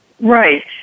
Right